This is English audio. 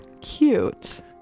Cute